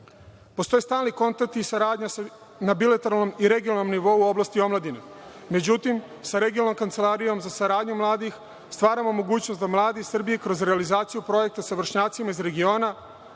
stalni kontakti i saradnja na bilateralnom i regionalnom nivou oblasti i omladine. Međutim, sa regionalnom Kancelarijom za saradnju mladih, stvaramo mogućnost da mladi iz Srbije kroz realizaciju projekta sa vršnjacima iz regiona,